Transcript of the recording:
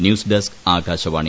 news desk Akashvani